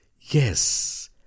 Yes